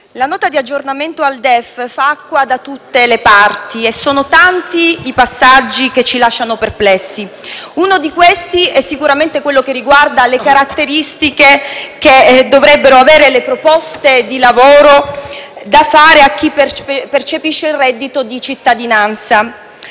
la Nota di aggiornamento al DEF fa acqua da tutte le parti e sono tanti i passaggi che ci lasciano perplessi. Uno di questi è sicuramente quello che riguarda le caratteristiche che dovrebbero avere le proposte di lavoro da fare a chi percepisce il reddito di cittadinanza,